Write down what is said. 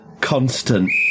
constant